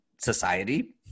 society